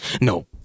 No